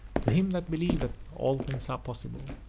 to him that believeth all things are possible,